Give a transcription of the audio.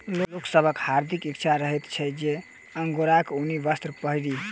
लोक सभक हार्दिक इच्छा रहैत छै जे अंगोराक ऊनी वस्त्र पहिरी